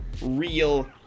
real